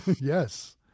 Yes